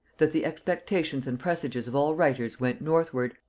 that the expectations and presages of all writers went northward,